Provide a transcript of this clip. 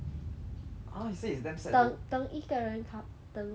uh he say it's damn sad though